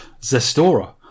Zestora